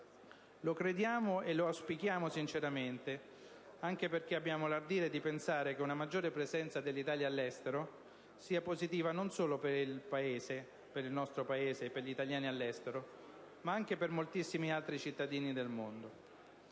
Lo crediamo e lo auspichiamo sinceramente, anche perché abbiamo l'ardire di pensare che una maggiore presenza dell'Italia all'estero sia positiva non solo per il nostro Paese e per gli italiani all'estero ma anche per moltissimi altri cittadini del mondo.